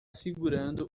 segurando